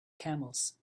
camels